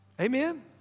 Amen